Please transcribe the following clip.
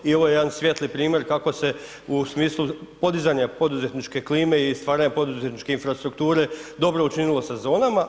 I ovo je jedan svijetli primjer kako se u smislu podizanja poduzetničke klime i stvaranja poduzetničke infrastrukture dobro učinilo sa zonama.